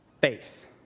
faith